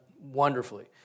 wonderfully